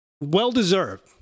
well-deserved